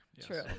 True